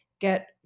get